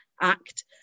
Act